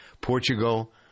Portugal